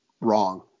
wrong